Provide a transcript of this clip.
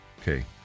Okay